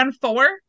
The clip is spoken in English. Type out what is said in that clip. four